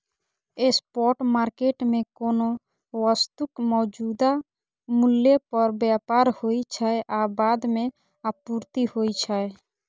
spot market मे कोनो वस्तुक मौजूदा मूल्य पर व्यापार होइ छै आ बाद मे आपूर्ति होइ छै